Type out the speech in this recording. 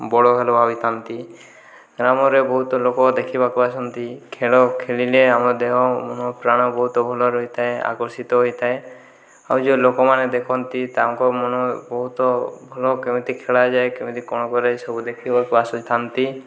ବଳବାନ୍ ହୋଇଥାନ୍ତି ଗ୍ରାମରେ ବହୁତ ଲୋକ ଦେଖିବାକୁ ଆସନ୍ତି ଖେଳ ଖେଳିଲେ ଆମ ଦେହ ଓ ମନ ପ୍ରାଣ ବହୁତ ଭଲ ରହିଥାଏ ଆକର୍ଶିତ ହୋଇଥାଏ ଆଉ ଯେଉଁ ଲୋକମାନେ ଦେଖନ୍ତି ତାଙ୍କ ମନ ବହୁତ ଭଲ କେମିତି ଖେଳାଯାଏ କେମିତି କ'ଣ କରେ ସବୁ ଦେଖିବାକୁ ଆସିଥାନ୍ତି